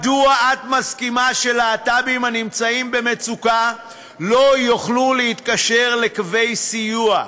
מדוע את מסכימה שלהט"בים הנמצאים במצוקה לא יוכלו להתקשר לקווי סיוע?